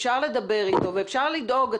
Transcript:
אפשר לדבר איתו ואפשר לדאוג.